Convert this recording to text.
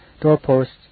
doorposts